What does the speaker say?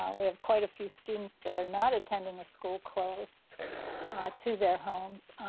we have quite a few students that are not attending a school close to their homes.